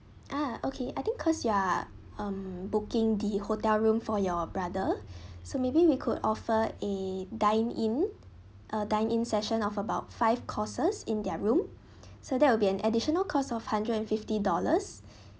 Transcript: ah okay I think cause you are um booking the hotel room for your brother so maybe we could offer a dine in a dine in session of about five courses in their room so that will be an additional cost of hundred and fifty dollars